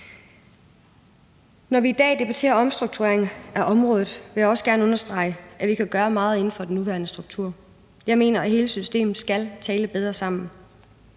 Når vi i dag debatterer omstrukturering af området, vil jeg også gerne understrege, at vi kan gøre meget inden for den nuværende struktur. Jeg mener, at hele systemet skal tale bedre sammen.